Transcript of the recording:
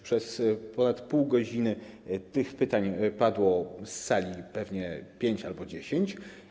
Przez ponad pół godziny tych pytań padło z sali pewnie pięć albo dziesięć.